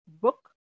book